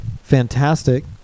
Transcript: fantastic